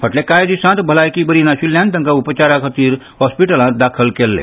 फाटले कांय दीस भलायकी बरी नाशिल्ल्यान तांकां उपचारा खातीर हॉस्पिटलांत दाखल केल्ले